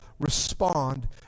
respond